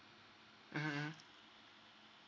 mmhmm mmhmm